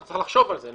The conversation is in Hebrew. צריך לחשוב על זה.